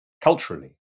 culturally